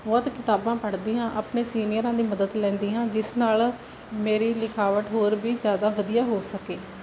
ਬਹੁਤ ਕਿਤਾਬਾਂ ਪੜ੍ਹਦੀ ਹਾਂ ਆਪਣੇ ਸੀਨੀਅਰਾਂ ਦੀ ਮਦਦ ਲੈਂਦੀ ਹਾਂ ਜਿਸ ਨਾਲ ਮੇਰੀ ਲਿਖਾਵਟ ਹੋਰ ਵੀ ਜ਼ਿਆਦਾ ਵਧੀਆ ਹੋ ਸਕੇ